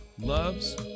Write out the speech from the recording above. loves